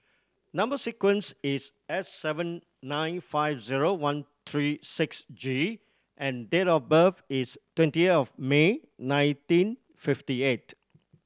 number sequence is S seven nine five zero one three six G and date of birth is twenty of May nineteen fifty eight